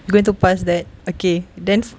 you going to pass that okay then